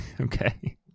Okay